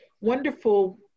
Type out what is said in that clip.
wonderful